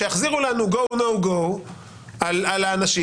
שיחזירו לנו go-no go על האנשים,